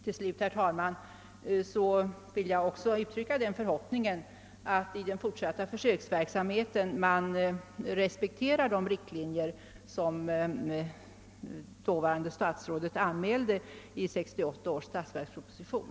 Till slut, herr talman, vill jag uttrycka den förhoppningen, att man i den fortsatta försöksverksamheten respekterar de riktlinjer som den dåvarande departementschefen anmälde i 1968 års statsverksproposition.